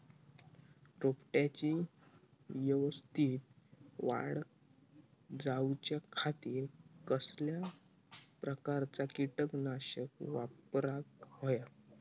रोपट्याची यवस्तित वाढ जाऊच्या खातीर कसल्या प्रकारचा किटकनाशक वापराक होया?